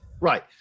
right